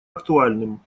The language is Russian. актуальным